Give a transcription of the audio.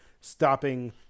stopping